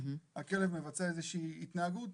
הכלב מבצע איזושהי התנהגות